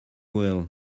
will